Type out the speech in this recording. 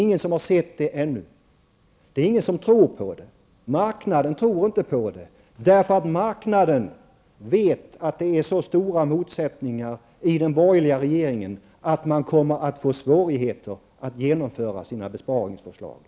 Ingen har ännu sett något förslag till finansiering, och ingen tror på vad ni säger i den delen. Marknaden gör det inte, därför att den vet att motsättningarna i den borgerliga regeringen är så stora att det blir svårigheter att genomföra besparingsförslagen.